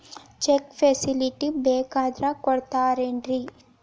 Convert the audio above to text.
Check facility ಬೇಕಂದ್ರ ಕೊಡ್ತಾರೇನ್ರಿ?